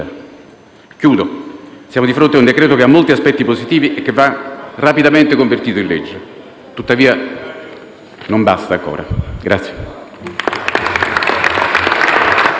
Concludendo, siamo di fronte ad un decreto-legge che ha molti aspetti positivi e che va rapidamente convertito in legge. Tuttavia, non basta ancora.